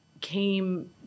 came